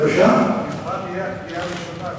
לא הטרומית.